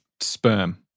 Sperm